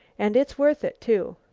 and it's worth it, too.